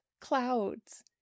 clouds